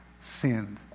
sinned